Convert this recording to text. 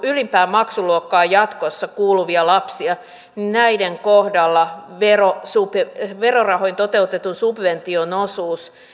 ylimpään maksuluokkaan jatkossa kuuluvia lapsia niin näiden kohdalla verorahoin toteutetun subvention osuus